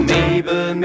Mabel